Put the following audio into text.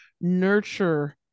nurture